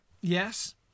yes